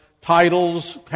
titles